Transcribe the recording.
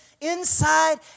inside